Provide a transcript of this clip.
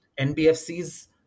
nbfc's